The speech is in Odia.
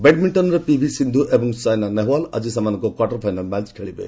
ବ୍ୟାଡମିଣ୍ଟନରେ ପିଭି ସିନ୍ଧୁ ଏବଂ ସାଇନା ନେହୱାଲ ଆଜି ସେମାନଙ୍କର କ୍ୱାର୍ଟରଫାଇନାଲ ମ୍ୟାଚ୍ ଖେଳିବେ